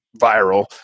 viral